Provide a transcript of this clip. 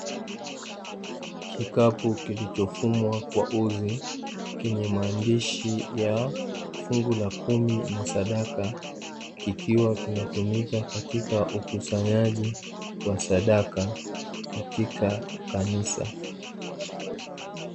Kikapu kilichofumwa kwa uzi chenye maandishi ya 'fungu la kumi na sadaka' kikiwa kinatumika katika ukusanyaji wa sadaka katika kanisa.